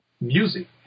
music